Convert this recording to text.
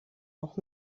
noch